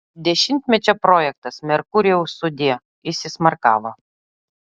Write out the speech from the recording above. dešimtmečio projektas merkurijau sudie įsismarkavo